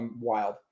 wild